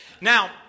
Now